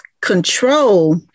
control